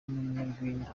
n’umunyarwenya